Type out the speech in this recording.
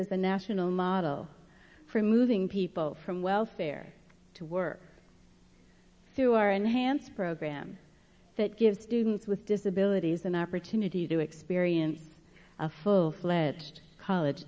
as a national model for moving people from welfare to work through our enhanced program that gives students with disabilities an opportunity to experience a full fledged college